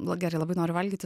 nu gerai labai noriu valgyti